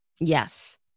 Yes